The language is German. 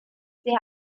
sie